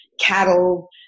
cattle